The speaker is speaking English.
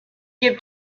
give